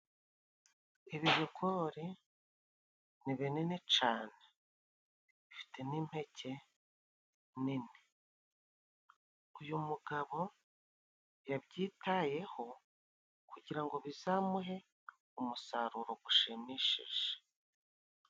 Ibi bigori ni binini cane, bifite n'impeke nini. Uyu mugabo yabyitayeho kugira ngo bizamuhe umusaruro ushimishije.